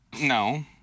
No